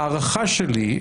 ההערכה שלי,